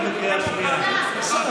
מה קרה, תתביישו.